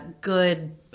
good